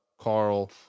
carl